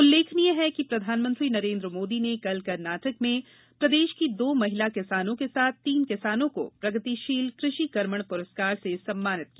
उल्लेखनीय है कि प्रधानमंत्री नरेंद्र मोदी ने कल कर्नाटक में प्रदेश की दो महिला किसानों के साथ तीन किसानों को प्रगतिशील कृषि कर्मण पुरस्कार से सम्मानित किया